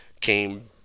came